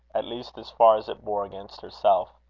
at least as far as it bore against herself.